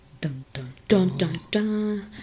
Dun-dun-dun-dun-dun